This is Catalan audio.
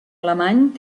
alemany